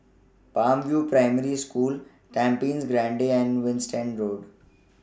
Palm View Primary School Tampines Grande and Winstedt Road